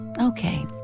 Okay